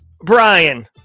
Brian